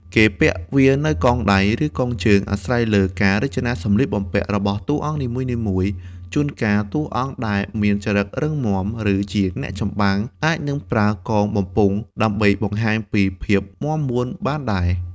គេពាក់វានៅកដៃ ឬកជើង អាស្រ័យលើការរចនាសម្លៀកបំពាក់របស់តួអង្គនីមួយៗ ជួនកាលតួអង្គដែលមានចរិតរឹងមាំ ឬជាអ្នកចម្បាំង អាចនឹងប្រើកងបំពង់ដើម្បីបង្ហាញពីភាពមាំមួនបានដែរ។